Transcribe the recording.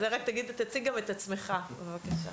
רק תציג גם את עצמך, בבקשה.